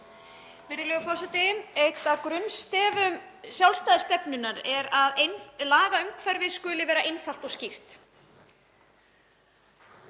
Virðulegur forseti. Eitt af grunnstefjum sjálfstæðisstefnunnar er að lagaumhverfi skuli vera einfalt og skýrt.